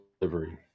delivery